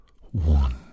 one